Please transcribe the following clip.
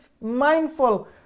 mindful